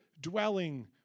dwelling